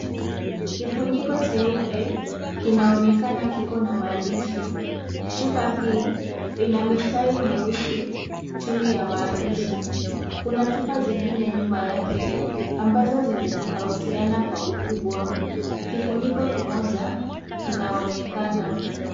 Kifuniko cheupe kinaonekana kiko na maandishi, chupa hii ina mistari nyeusi chini ya maandishi, kuna chupa zingine nyuma yake ambazo zimetofautiana kwa ukubwa, kifuniko kimoja kinaonekana.